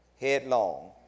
headlong